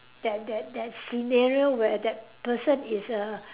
that that that scenario where that person is a